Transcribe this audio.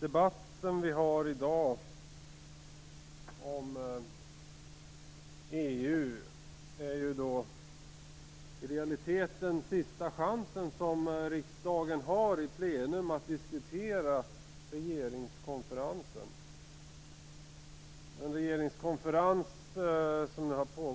debatt som vi har i dag om EU är i realiteten den sista chansen för riksdagen att i plenum diskutera regeringskonferensen som nu har pågått i nästan ett och ett halvt år.